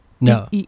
No